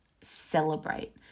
celebrate